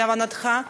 להבנתך,